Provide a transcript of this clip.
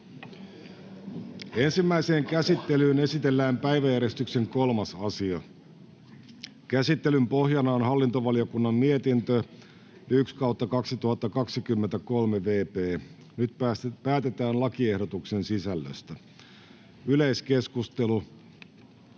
Ensimmäiseen käsittelyyn esitellään päiväjärjestyksen 3. asia. Käsittelyn pohjana on hallintovaliokunnan mietintö HaVM 1/2023 vp. Nyt päätetään lakiehdotuksen sisällöstä. — Yleiskeskustelu,